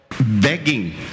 begging